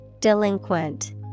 Delinquent